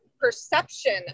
perception